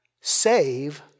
save